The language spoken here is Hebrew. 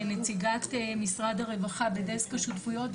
נציגת משרד הרווחה בדסק השותפויות,